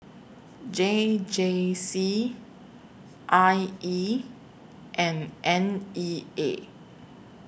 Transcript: J J C I E and N E A